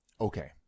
Okay